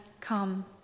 come